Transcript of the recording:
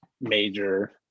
major